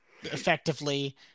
effectively